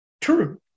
True